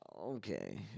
okay